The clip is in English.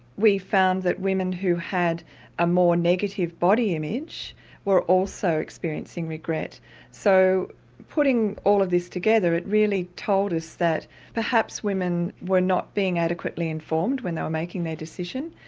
we found that women who had a more negative body image were also experiencing regret so putting all of this together it really told us that perhaps women were not being adequately informed when they were making their decision.